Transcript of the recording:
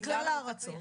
מכלל הארצות.